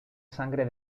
sangre